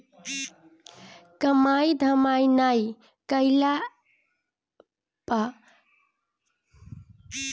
कमाई धमाई नाइ कईला पअ सबके लगे वित्तीय संकट आवत बाटे